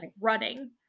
running